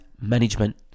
Management